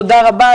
תודה רבה.